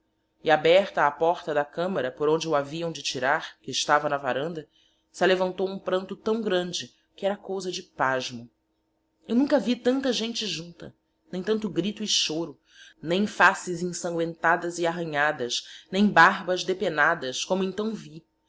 e aberta a porta da camara por onde o haviaõ de tirar que estava na varanda se alevantou hum pranto taõ grande que era cousa de pasmo eu nunca vi tanta gente junta nem tanto grito e choro nem faces ensanguentadas e arranhadas nem barbas depennadas como entaõ vi